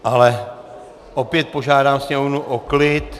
Ale opět požádám sněmovnu o klid.